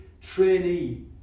trainee